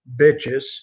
bitches